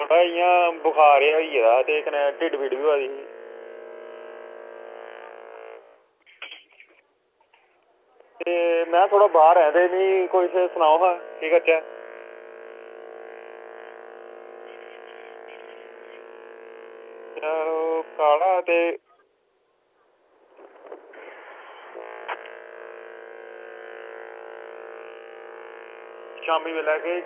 थोह्ड़ा इयां बखार जा होई दा हा ते ढिड्ड पीड़ बी होआ दी ही ते में थोह्ड़ा बाह्र आं ते दस्सो हां केह् करचै काह्ड़ा ते शाम्मी बेल्लै